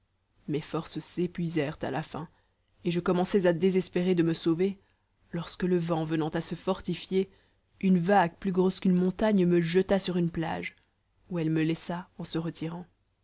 mes forces s'épuisèrent à la fin et je commençais à désespérer de me sauver lorsque le vent venant à se fortifier une vague plus grosse qu'une montagne me jeta sur une plage où elle me laissa en se retirant